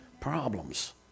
problems